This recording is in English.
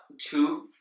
two